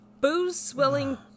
booze-swelling